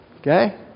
Okay